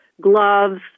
gloves